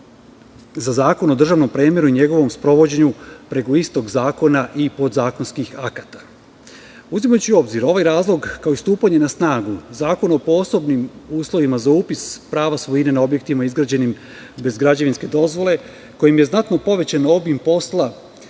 za Zakon o državnom premeru i njegovom sprovođenju preko istog zakona i podzakonskih akata. Uzimajući u obzir ovaj razlog kao stupanje na snagu Zakona o posebnim uslovima za upis prava svojine na objektima izgrađenim bez građevinske dozvole, kojim je znatno povećan obim posla